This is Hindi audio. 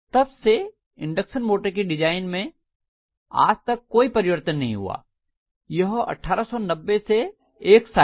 तब से इंडक्शन मोटर की डिज़ाइन मैं आज तक कोई परवर्तन नहीं हुआ यह 1890 से एक सा है